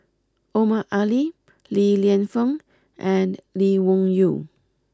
Omar Ali Li Lienfung and Lee Wung Yew